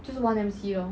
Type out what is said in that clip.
就是 one M_C lor